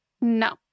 No